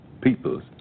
peoples